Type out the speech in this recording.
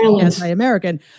anti-American